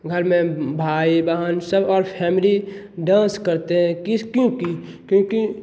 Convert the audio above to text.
घर में भाई बहन सब और फैमली डांस करते हैं क्योंकि क्योंकि